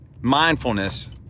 mindfulness